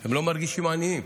הם לא מרגישים עניים.